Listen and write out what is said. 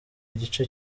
igice